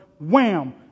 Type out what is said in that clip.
Wham